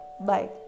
Bye